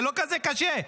זה לא כזה קשה.